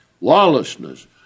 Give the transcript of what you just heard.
Lawlessness